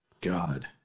God